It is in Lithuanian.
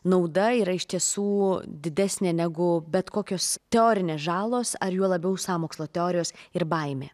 nauda yra iš tiesų didesnė negu bet kokios teorinės žalos ar juo labiau sąmokslo teorijos ir baimė